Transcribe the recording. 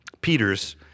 Peter's